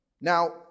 Now